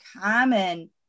common